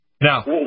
Now